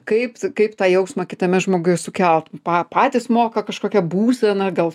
kaip kaip tą jausmą kitame žmoguj sukelt pa patys moka kažkokia būsena gal